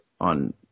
on